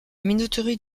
minoterie